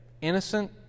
innocent